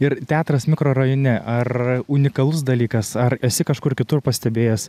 ir teatras mikrorajone ar unikalus dalykas ar esi kažkur kitur pastebėjęs